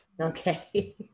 okay